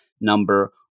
number